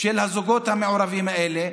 של הזוגות המעורבים האלה